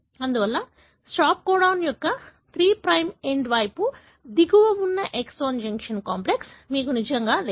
అందువల్ల stop codon యొక్క 3 prime end వైపు దిగువ ఉన్న ఎక్సాన్ జంక్షన్ కాంప్లెక్స్ మీకు నిజంగా లేదు